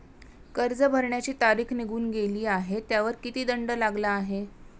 कर्ज भरण्याची तारीख निघून गेली आहे त्यावर किती दंड लागला आहे?